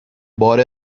بار